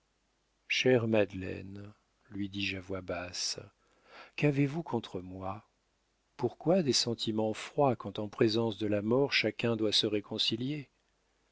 chère madeleine lui dis-je à voix basse qu'avez-vous contre moi pourquoi des sentiments froids quand en présence de la mort chacun doit se réconcilier